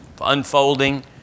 unfolding